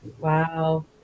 Wow